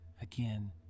Again